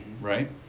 Right